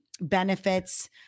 benefits